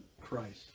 Christ